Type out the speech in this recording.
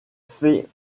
feit